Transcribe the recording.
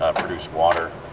produce water,